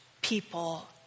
people